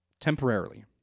temporarily